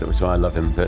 is why i love him. but.